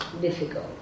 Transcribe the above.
difficult